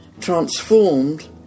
Transformed